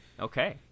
Okay